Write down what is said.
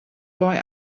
boy